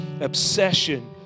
obsession